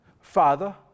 Father